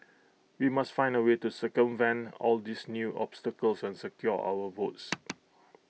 we must find A way to circumvent all these new obstacles and secure our votes